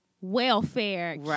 Welfare